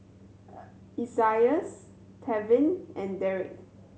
Isaias Tevin and Deric